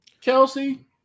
Kelsey